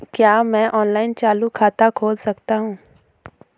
क्या मैं ऑनलाइन चालू खाता खोल सकता हूँ?